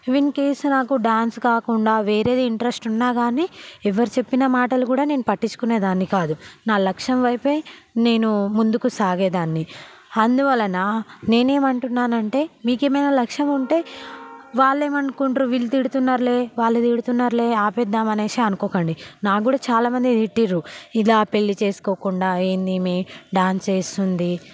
in case నాకు dance కాకుండా వేరేది ఇంట్రెస్ట్ ఉన్న కాని ఎవరు చెప్పినా మాటలు కూడా నేను పట్టించుకునే దాన్ని కాదు నా లక్ష్యం వైపే నేను ముందుకు సాగేదాన్ని అందువలన నేను ఏమంటున్నానంటే మీకు ఏమైనా లక్ష్యం ఉంటే వాళ్ళు ఏమనుకుంటురు వీళ్ళు తిడుతున్నారు లే వాళ్ళ తిడుతున్నారు లే ఆపేద్దాం అనేసి అనుకోకండి నాకు కూడా చాలా మంది తిట్టిండ్రు ఇలా పెళ్లి చేసుకోకుండా ఏంది ఈమె డాన్స్ వేస్తుంది